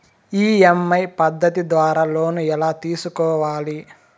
EMI పద్ధతి ద్వారా loan ఎలా తీసుకోవాలి